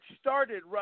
started